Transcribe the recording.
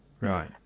Right